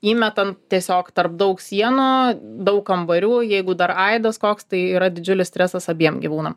įmetam tiesiog tarp daug sienų daug kambarių jeigu dar aidas koks tai yra didžiulis stresas abiem gyvūnam